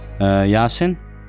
Yasin